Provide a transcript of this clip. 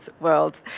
world